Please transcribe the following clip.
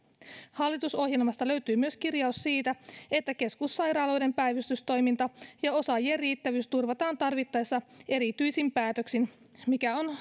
hallitusohjelmasta löytyy myös kirjaus siitä että keskussairaaloiden päivystystoiminta ja osaajien riittävyys turvataan tarvittaessa erityisin päätöksin mikä on